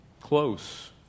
close